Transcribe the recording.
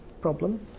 problem